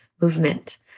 movement